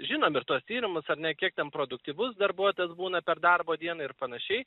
žinom ir tuos tyrimus ar ne kiek ten produktyvus darbuotojas būna per darbo dieną ir panašiai